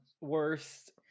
worst